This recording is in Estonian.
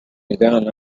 ideaalne